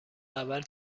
اول